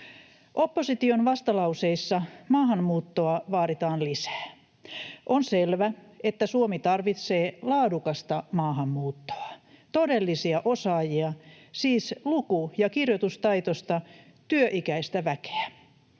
Opposition vastalauseissa maahanmuuttoa vaaditaan lisää. On selvää, että Suomi tarvitsee laadukasta maahanmuuttoa, todellisia osaajia, siis luku- ja kirjoitustaitoista työikäistä väkeä.